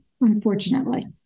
unfortunately